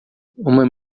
uma